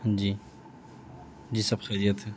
جی جی سب خیریت ہے